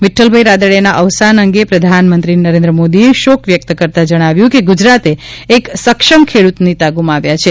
વિક્રલભાઇ રાદડિયાના અવસાન અંગે પ્રધાનમંત્રી નરેન્દ્ર મોદીએ શોક વ્યક્ત કરતા જજ્ઞાવ્યું હતું કે ગુજરાતે એક સક્ષમ ખેડૂત નેતા ગુમાવ્યા છે